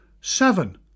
seven